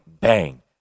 bang